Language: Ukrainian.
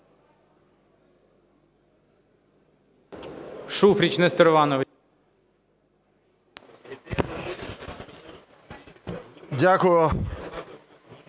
Дякую.